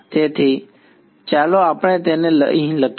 તેથી ચાલો આપણે તેને અહીં લખીએ